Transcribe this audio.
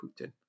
Putin